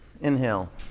Inhale